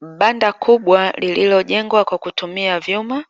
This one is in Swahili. Banda kubwa, lililojengwa kwa kutumia vyuma